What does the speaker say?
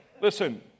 Listen